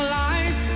life